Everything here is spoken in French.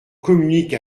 communique